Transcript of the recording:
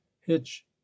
hitch